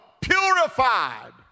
Purified